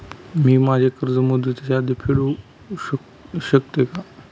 मी माझे कर्ज मुदतीच्या आधी फेडू शकते का?